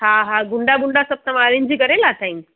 हा हा गुंडा वुंडा सभु तव्हां अरेंज करे लाथा आहिनि